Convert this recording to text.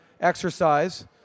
exercise